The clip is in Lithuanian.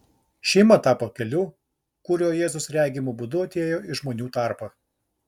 šeima tapo keliu kuriuo jėzus regimu būdu atėjo į žmonių tarpą